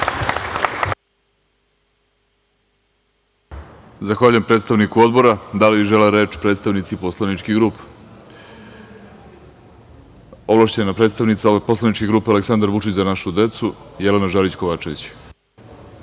Zahvaljujem predstavniku Odbora. Da li žele reč predstavnici poslaničkih grupa? Ovlašćena predstavnica poslaničke grupe Aleksandar Vučić – Za našu decu, Jelena Žarić Kovačević.